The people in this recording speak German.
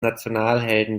nationalhelden